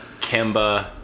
Kemba